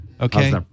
Okay